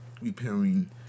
Repairing